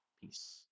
Peace